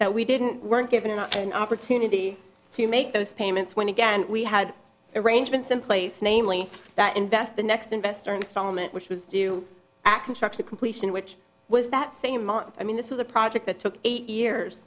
didn't weren't given an opportunity to make those payments when again we had arrangements in place namely that invest the next investor installment which was do you act in shock to completion which was that same month i mean this was a project that took eight years